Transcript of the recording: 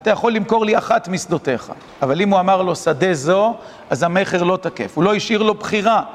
אתה יכול למכור לי אחת משדותיך, אבל אם הוא אמר לו שדה זו, אז המכר לא תקף, הוא לא השאיר לו בחירה.